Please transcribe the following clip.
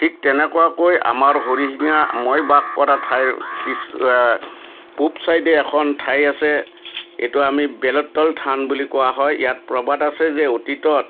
ঠিক তেনেকুৱাকৈ আমাৰ হৰিশিঙা মই বাস কৰা ঠাইৰ পূৱ ছাইডে এখন ঠাই আছে এইটো আমি বেলৰতল থান বুলি কোৱা হয় ইয়াত প্ৰবাদ আছে যে অতীতত